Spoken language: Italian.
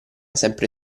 sempre